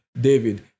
David